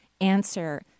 answer